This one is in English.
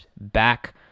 Back